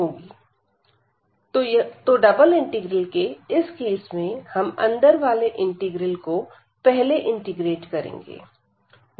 ∬DfxydAabv1v2fxydydx तो double integral के इस केस में हम अंदर वाले इंटीग्रल को पहले इंटीग्रेट करेंगे